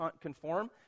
conform